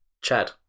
Chad